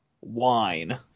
wine